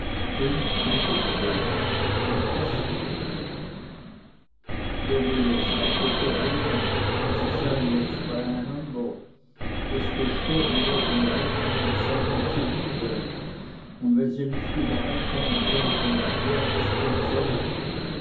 den kannte der müller und haßte ihn der müller sagte daher sie seien jetzt bei einander das gestürm wegen rechnen sei ihm zuwider und wenn sie nicht übereinkommen könnten wer es denn solle